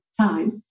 time